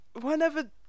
whenever